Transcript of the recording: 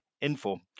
info